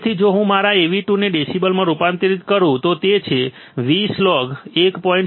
તેથી જો હું મારા Av1 ને ડેસિબલમાં રૂપાંતરિત કરું તો તે છે 20 log 1